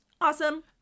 awesome